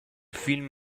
film